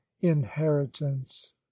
inheritance